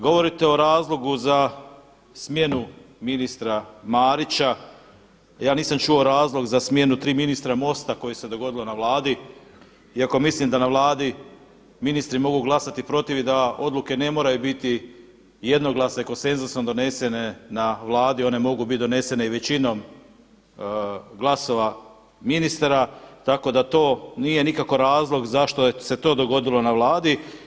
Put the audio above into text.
Govorite o razlogu za smjenu ministra Marića a ja nisam čuo razlog za smjenu tri ministra MOST-a koje se dogodilo na Vladi iako mislim da na Vladi ministri mogu glasati protiv i da odluke ne moraju biti jednoglasne, konsenzusom donesene na Vladi, one mogu biti donesene i većinom glasova ministra tako da to nije nikako razlog zašto se to dogodilo na Vladi.